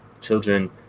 children